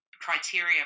criteria